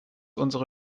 unsere